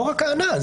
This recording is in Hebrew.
לא רק הענן,